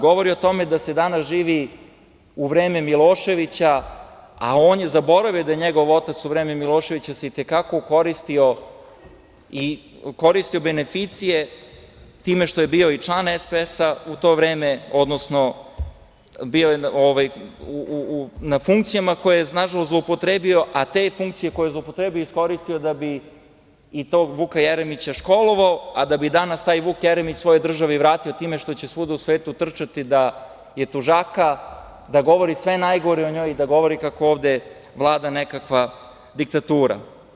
Govori o tome da se danas živi u vreme Miloševića, a on je zaboravio da je njegov otac u vreme Miloševića i te kako koristio beneficije time što je bio i član SPS-a u to vreme, odnosno bio je na funkcijama koje je nažalost zloupotrebio, a te funkcije koje je zloupotrebio je iskoristio da bi i tog Vuka Jeremića školovao, a da bi danas taj Vuk Jeremić svojoj državi vratio time što će svuda u svetu trčati da je tužaka, da govori sve najgore o njoj, da govori kako ovde vlada nekakva diktatura.